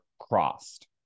crossed